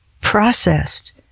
processed